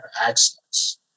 access